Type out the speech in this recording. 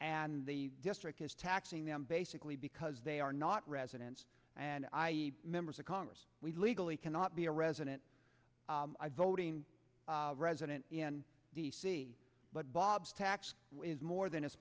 and the district is taxing them basically because they are not residents and members of congress we legally cannot be a resident voting resident in d c but bob's tax is more than his